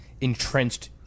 entrenched